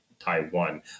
Taiwan